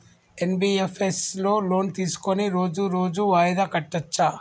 NBFS లో loan తీస్కొని రోజు రోజు వాయిదా కట్టచ్ఛా?